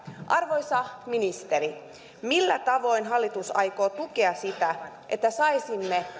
arvoisa ministeri millä tavoin hallitus aikoo tukea sitä että saisimme